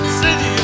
city